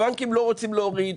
הבנקים לא רוצים להוריד,